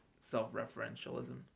self-referentialism